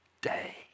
day